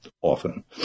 often